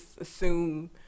assume